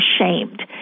ashamed